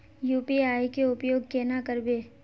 UPI के उपयोग केना करबे?